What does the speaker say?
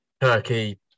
turkey